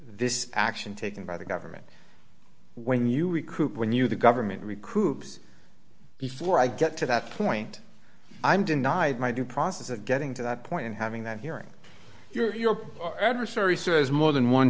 this action taken by the government when you recoup when you the government recoups before i get to that point i'm denied my due process of getting to that point and having that hearing your adversary says more than one